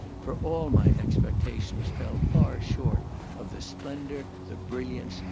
for all my expectations fell far short of the splendour, the brilliance,